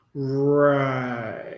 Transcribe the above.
Right